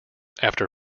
after